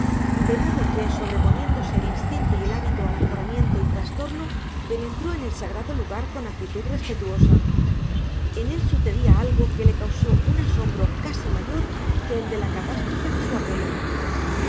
de modo que sobreponiéndose el instinto y el hábito al azoramiento y trastorno penetró en el sagrado lugar con actitud respetuosa en él sucedía algo que le causó un asombro casi mayor que el de la catástrofe de su abuelo